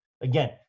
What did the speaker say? again